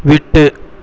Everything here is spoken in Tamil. விட்டு